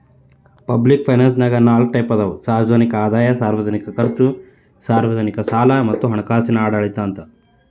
public ಫೈನಾನ್ಸನ್ಯಾಗ ನಾಲ್ಕ್ type ಅದಾವ ಸಾರ್ವಜನಿಕ ಆದಾಯ ಸಾರ್ವಜನಿಕ ಖರ್ಚು ಸಾರ್ವಜನಿಕ ಸಾಲ ಮತ್ತ ಹಣಕಾಸಿನ ಆಡಳಿತ ಅಂತ